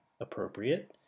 appropriate